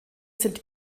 sind